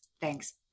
Thanks